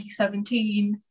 2017